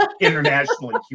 internationally